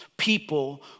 People